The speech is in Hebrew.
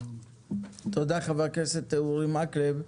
תודה, חבר הכנסת מקלב.